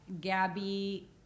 Gabby